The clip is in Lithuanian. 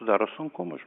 sudaro sunkumų žmogui